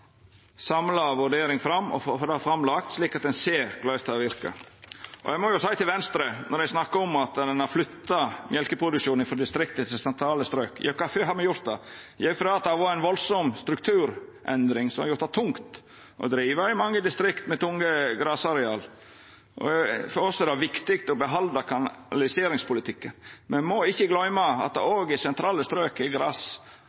vurdering lagt fram, slik at ein ser korleis det verkar. Eg må seia til Venstre, når dei snakkar om at ein har flytta mjølkeproduksjonen frå distrikta til sentrale strok: Ja, kvifor har me gjort det? Jo, fordi det har vore ei veldig strukturendring som har gjort det tungt å driva i mange distrikt med tunge grasareal. For oss er det viktig å behalda kanaliseringspolitikken. Me må ikkje gløyma at det òg i